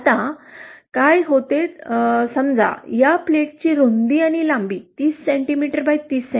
आता काय होते समजा या प्लेटची रुंदी आणि लांबी ३० सेंटीमीटर बाय ३० सें